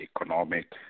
economic